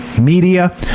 media